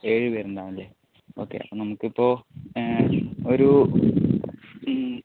ഏഴു പേരുണ്ടാവുമല്ലേ ഓക്കേ അപ്പോൾ നമ്മുക്കിപ്പോൾ ഒരു ഉം